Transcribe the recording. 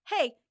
Hey